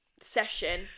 session